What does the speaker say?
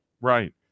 Right